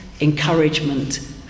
encouragement